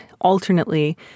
alternately